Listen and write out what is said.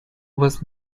was